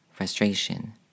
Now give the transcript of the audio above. frustration